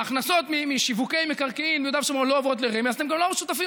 ההכנסות משיווקי מקרקעין ביהודה ושומרון לא עוברות לרמ"י,